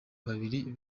babiri